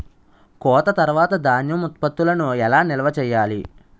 కోత తర్వాత ధాన్యం ఉత్పత్తులను ఎలా నిల్వ చేయాలి?